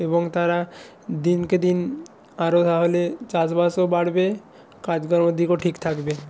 এবং তারা দিনকে দিন আরো তাহলে চাষবাসও বাড়বে কাজকর্মের দিকও ঠিক থাকবে